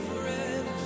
forever